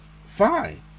fine